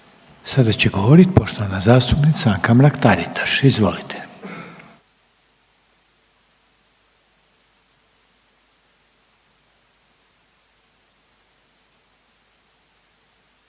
Sada će govorit poštovana zastupnica Anka Mrak Taritaš. Izvolite.